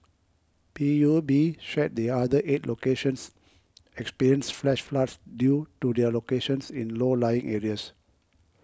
P U B shared the other eight locations experienced flash floods due to their locations in low lying areas